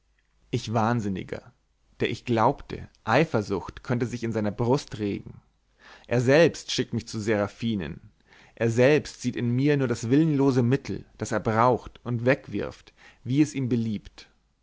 ich wahnsinniger der ich glaubte eifersucht könne sich in seiner brust regen er selbst schickt mich zu seraphinen er selbst sieht in mir nur das willenlose mittel das er braucht und wegwirft wie es ihm beliebt